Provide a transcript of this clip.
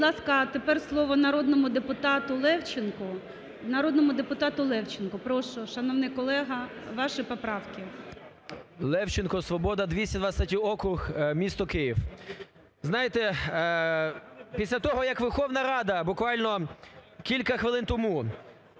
Будь ласка, тепер слово народному депутату Левченко. Народному депутату Левченко, прошу, шановний колега, ваші поправки. 17:03:59 ЛЕВЧЕНКО Ю.В. Левченко, "Свобода" 223-й округ місто Київ. Знаєте, після того, як Верховна Рада буквально кілька хвилин тому